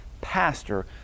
pastor